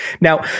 Now